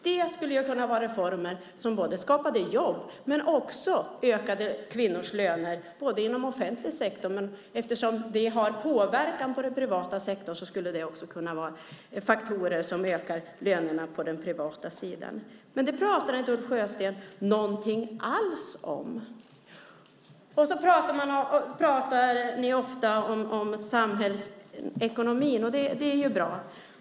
Det skulle kunna vara reformer som skapar jobb och ökar kvinnors löner inom offentlig sektor. Eftersom det har påverkan på den privata sektorn skulle det kunna vara faktorer som ökar lönerna också på den privata sidan. Det pratar inte Ulf Sjösten alls om. Ni pratar ofta om samhällsekonomin. Det är ju bra.